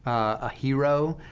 a hero,